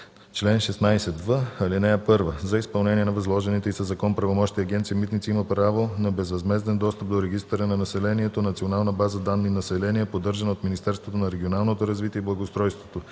„Чл. 16в. (1) За изпълнение на възложените й със закон правомощия, Агенция „Митници” има право на безвъзмезден достъп до Регистъра на населението – Национална база данни „Население”, поддържана от Министерството на регионалното развитие и благоустройството.